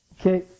Okay